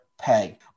pay